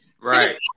Right